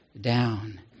down